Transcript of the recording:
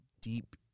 deep